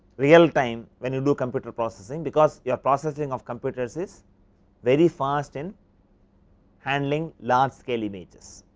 real time when will do computer processing, because your processing of computer is is very fast in handling large scale images.